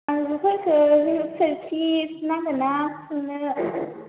माबाफोरखौ सोरखिसो नांगोन ना थुननो